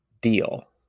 deal